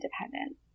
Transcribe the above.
independent